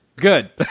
Good